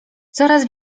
coraz